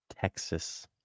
Texas